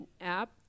app